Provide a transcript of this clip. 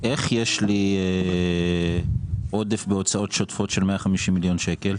איך יש לי עודף בהוצאות שוטפות של 150 מיליון שקל?